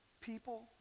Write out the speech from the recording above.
people